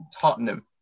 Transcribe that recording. Tottenham